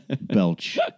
belch